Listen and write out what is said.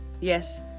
yes